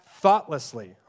thoughtlessly